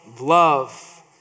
love